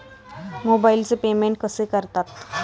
मोबाइलचे पेमेंट कसे करतात?